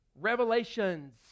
revelations